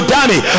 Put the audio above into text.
Danny